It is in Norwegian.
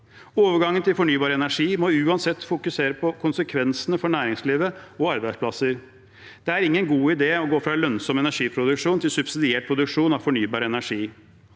overgangen til fornybar energi uansett fokusere på konsekvensene for næringslivet og arbeidsplassene. Det er ingen god idé å gå fra lønnsom energiproduksjon til subsidiert produksjon av fornybar energi.